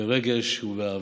ברגש ובאהבה.